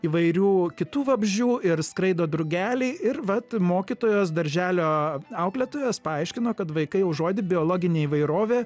įvairių kitų vabzdžių ir skraido drugeliai ir vat mokytojos darželio auklėtojos paaiškino kad vaikai jau žodį biologinė įvairovė